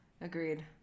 Agreed